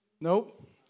Nope